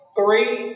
three